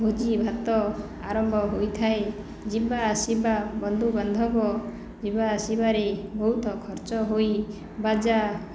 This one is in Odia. ଭୋଜି ଭାତ ଆରମ୍ଭ ହୋଇଥାଏ ଯିବା ଆସିବା ବନ୍ଧୁ ବାନ୍ଧବ ଯିବା ଆସିବାରେ ବହୁତ ଖର୍ଚ୍ଚ ହୋଇ ବାଜା